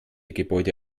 gebäude